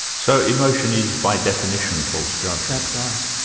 so emotion is by definition, false judgment? that's right.